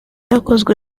byakozwe